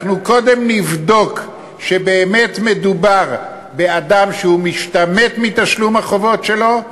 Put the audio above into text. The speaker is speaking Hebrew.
אנחנו קודם נבדוק שבאמת מדובר באדם שהוא משתמט מתשלום החובות שלו,